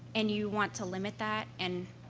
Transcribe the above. and you want to limit that and